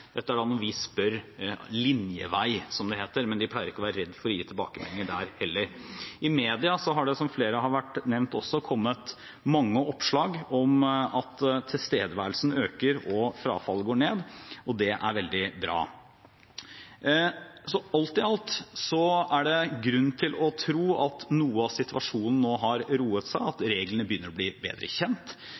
Dette er når vi spør «linjevei», som det heter, men de pleier ikke å være redde for å gi tilbakemeldinger der heller. I media har det, som flere har nevnt, kommet mange oppslag om at tilstedeværelsen øker, og at fraværet går ned, og det er veldig bra. Alt i alt er det grunn til å tro at noe av situasjonen nå har roet seg, at regelen begynner å bli bedre kjent.